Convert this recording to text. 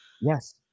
Yes